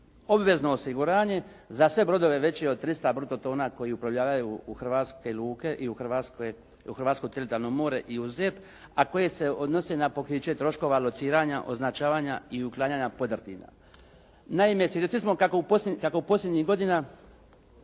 obvezno osiguranje za sve brodove veće od 300 bruto tona koji uplovljavaju u hrvatske luke i u hrvatsko teritorijalno more i ZERP a koje se odnose na pokriće troškova lociranja, označavanja i uklanjanja podrtina. Naime, svjedoci smo kako posljednjih godina